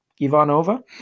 ivanova